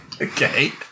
Okay